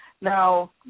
Now